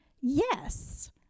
yes